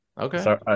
Okay